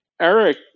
Eric